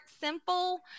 simple